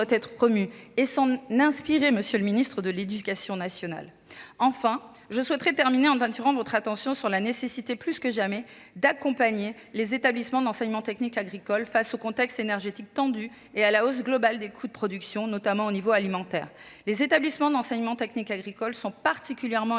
faut s'en inspirer, monsieur le ministre de l'éducation nationale ! Enfin, je terminerai en attirant votre attention sur la nécessité, plus que jamais, d'accompagner les établissements de l'enseignement technique agricole face à un contexte énergétique tendu et à une hausse globale des coûts de production, notamment alimentaires. Les établissements de l'enseignement technique agricole sont particulièrement énergivores,